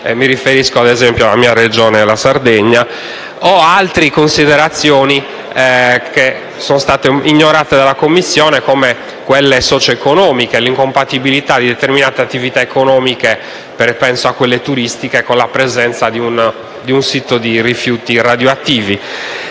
(mi riferisco alla mia Regione, la Sardegna). Altre considerazioni sono state ignorate dalla Commissione, come quelle socioeconomiche, concernenti l'incompatibilità di determinate attività economiche - penso a quelle turistiche - con la presenza di un sito di rifiuti radioattivi.